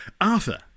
Arthur